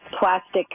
plastic